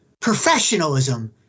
Professionalism